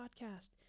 podcast